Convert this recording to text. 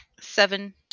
Seven